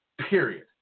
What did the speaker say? period